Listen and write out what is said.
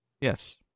yes